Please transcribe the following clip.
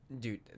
Dude